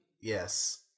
Yes